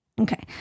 Okay